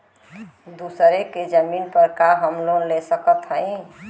दूसरे के जमीन पर का हम लोन ले सकत हई?